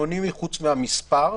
חוץ ממספר הטלפון.